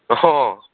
অঁ